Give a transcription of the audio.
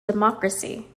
democracy